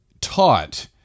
taught